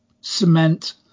cement